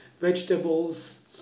vegetables